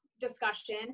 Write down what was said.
discussion